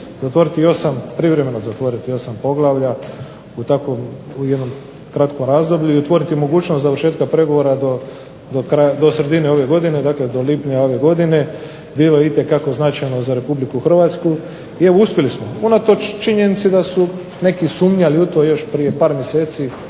zatvoriti osam, privremeno zatvoriti osam poglavlja u tako, u jednom kratkom razdoblju i otvoriti mogućnost završetka pregovora do sredine ove godine, dakle do lipnja ove godine bilo je itekako značajno za Republiku Hrvatsku i evo uspjeli smo unatoč činjenici da su neki sumnjali u to još prije par mjeseci